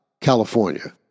California